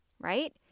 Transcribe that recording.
right